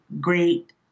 great